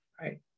right